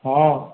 हॅं